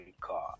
car